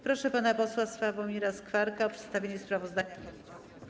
Proszę pana posła Sławomira Skwarka o przedstawienie sprawozdania komisji.